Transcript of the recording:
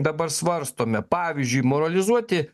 dabar svarstome pavyzdžiui moralizuoti